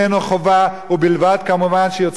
ובלבד כמובן שיוציאו את הבנות מאותן